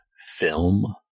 film